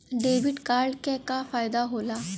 Debit card क का फायदा हो ला?